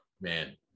man